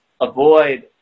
avoid